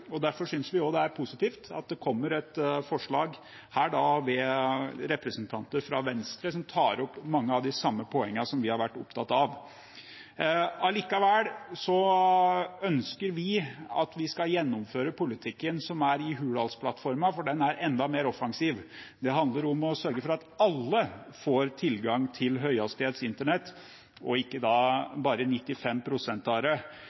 og derfor synes vi det er positivt at det kommer et forslag, som her ved representanter fra Venstre, som tar opp mange av de samme poengene som vi har vært opptatt av. Allikevel ønsker vi at vi skal gjennomføre politikken som er i Hurdalsplattformen, for den er enda mer offensiv. Det handler om å sørge for at alle får tilgang til høyhastighets internett, og ikke